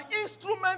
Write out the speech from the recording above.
instrument